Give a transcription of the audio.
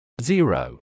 Zero